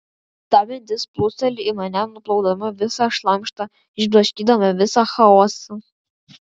ta mintis plūsteli į mane nuplaudama visą šlamštą išblaškydama visą chaosą